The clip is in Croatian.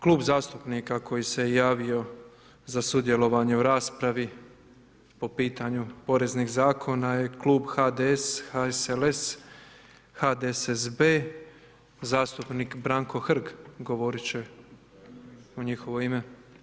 Klub zastupnika koji se javio za sudjelovanje u raspravi po pitanju poreznih zakona je klub HDS, HSLS, HDSSB, zastupnik Branko Hrg govorit će u njihovo ime.